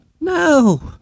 no